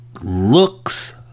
looks